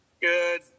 Good